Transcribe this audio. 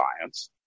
science